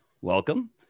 welcome